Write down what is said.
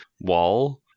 wall